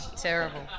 Terrible